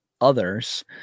others